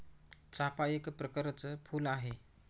चाफा एक प्रकरच फुल आहे